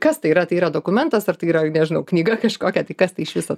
kas tai yra tai yra dokumentas ar tai yra nežinau knyga kažkokia tai kas iš viso